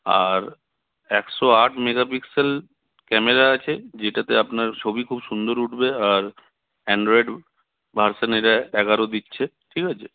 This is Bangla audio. আর একশো আট মেগাপিক্সাল ক্যামেরা আছে যেটাতে আপনার ছবি খুব সুন্দর উঠবে আর অ্যান্ড্রয়েড ভার্সান এরা এগারো দিচ্ছে ঠিক আছে